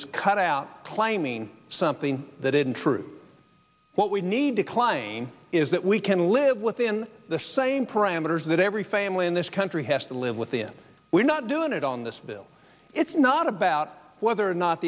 is cut out claiming something that isn't true what we need to klein is that we can live within the same parameters that every family in this country has to live within we're not doing it on this bill it's not about whether or not